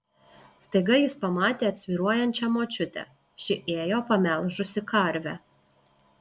staiga jis pamatė atsvyruojančią močiutę ši ėjo pamelžusi karvę